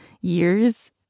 years